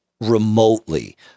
remotely